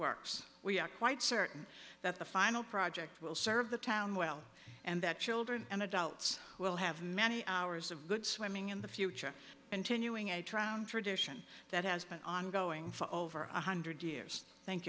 works we are quite certain that the final project will serve the town well and that children and adults will have many hours of good swimming in the future and ten ewing a trying tradition that has been ongoing for over one hundred years thank